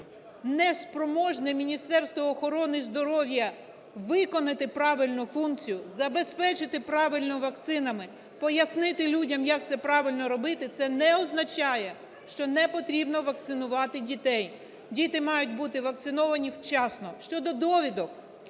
не спроможне Міністерство охорони здоров'я виконати правильно функцію, забезпечити правильно вакцинами, пояснити людям, як це правильно робити, це не означає, що не потрібно вакцинувати дітей. Діти мають бути вакциновані вчасно. Щодо довідок,